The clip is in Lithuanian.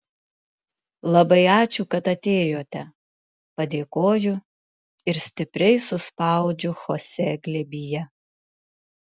labai ačiū kad atėjote padėkoju ir stipriai suspaudžiu chosė glėbyje